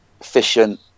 efficient